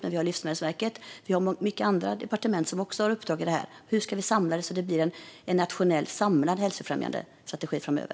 Men vi har Livsmedelsverket. Vi har andra departement som också har uppdrag när det gäller detta. Hur ska vi samla det så att det blir en nationell samlad hälsofrämjande strategi framöver?